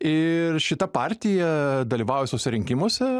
ir šita partija dalyvavauja visuose rinkimuose